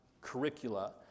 curricula